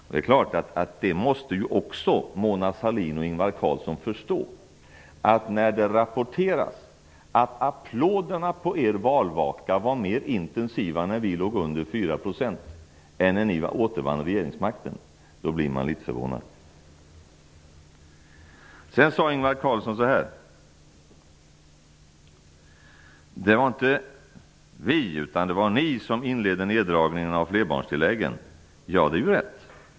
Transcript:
Både Ingvar Carlsson och Mona Sahlin måste förstå att man blir litet förvånad när det rapporteras att applåderna på Socialdemokraternas valvaka var mer intensiva när kds låg under 4 % än när Socialdemokraterna återvann regeringsmakten. Ingvar Carlsson sade vidare: Det var inte vi, utan ni, som inledde neddragningen i flerbarnstilläggen. Och det är ju rätt!